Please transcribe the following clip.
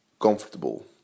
comfortable